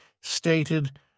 stated